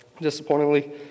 disappointingly